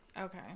Okay